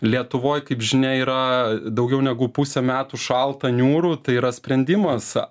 lietuvoj kaip žinia yra daugiau negu pusę metų šalta niūru tai yra sprendimas